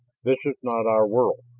this is not our world.